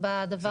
בדבר הזה.